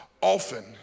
often